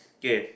K